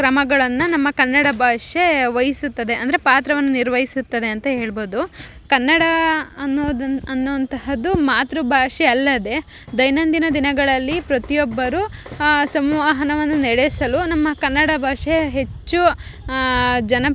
ಕ್ರಮಗಳನ್ನು ನಮ್ಮ ಕನ್ನಡ ಭಾಷೆ ವಹಿಸುತ್ತದೆ ಅಂದರೆ ಪಾತ್ರವನ್ನು ನಿರ್ವಹಿಸುತ್ತದೆ ಅಂತ ಹೇಳ್ಬೌದು ಕನ್ನಡ ಅನ್ನೊದನ್ನ ಅನ್ನೋ ಅಂತಹದ್ದು ಮಾತೃ ಭಾಷೆ ಅಲ್ಲದೆ ದೈನಂದಿನ ದಿನಗಳಲ್ಲಿ ಪ್ರತಿಯೊಬ್ಬರು ಸಂವಹನವನ್ನು ನಡೆಸಲು ನಮ್ಮ ಕನ್ನಡ ಭಾಷೆ ಹೆಚ್ಚು ಜನ